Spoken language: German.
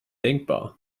denkbar